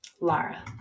Lara